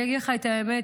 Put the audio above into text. אני אגיד לך את האמת,